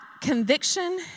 conviction